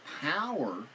power